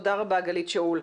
תודה רבה גלית שאול.